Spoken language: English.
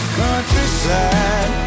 countryside